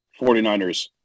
49ers